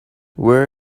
where